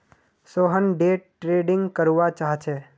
Sohan day trading करवा चाह्चे